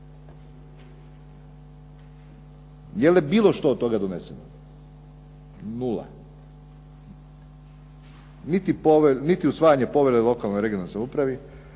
Je li bilo što od toga doneseno? Nula. Niti usvajanje povelje o lokalnoj i regionalnoj samoupravi,